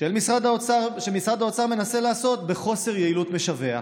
שמשרד האוצר מנסה לעשות בחוסר יעילות משווע.